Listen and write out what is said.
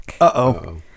Uh-oh